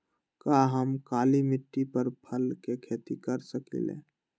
का हम काली मिट्टी पर फल के खेती कर सकिले?